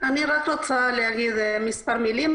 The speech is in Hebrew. אני רק רוצה להעיר בקצרה.